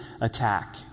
attack